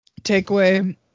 takeaway